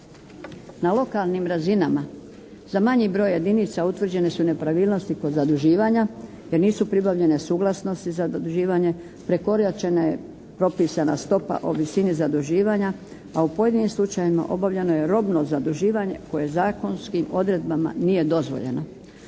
Na lokalnim razinama za manji broj jedinica utvrđene su nepravilnosti kod zaduživanja jer nisu pribavljene suglasnosti za zaduživanje, prekoračena je propisana stopa o visini zaduživanja, a u pojedinim slučajevima obavljeno je robno zaduživanje koje zakonskim odredbama nije dozvoljeno.